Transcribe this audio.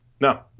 no